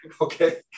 Okay